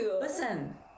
Listen